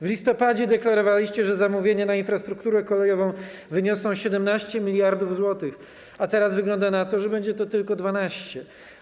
W listopadzie deklarowaliście, że zamówienia na infrastrukturę kolejową wyniosą 17 mld zł, a teraz wygląda na to, że będzie to tylko 12 mld zł.